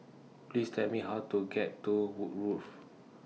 Please Tell Me How to get to Woodgrove